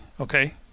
okay